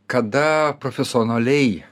kada profesionaliai